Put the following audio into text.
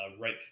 right